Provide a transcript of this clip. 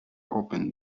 opened